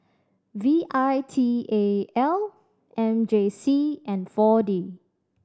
V I T A L M J C and Four D